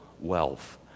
wealth